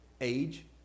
age